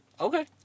Okay